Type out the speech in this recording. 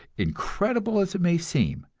incredible as it may seem,